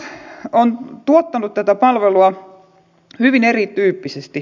kunnat ovat tuottaneet tätä palvelua hyvin erityyppisesti